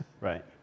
Right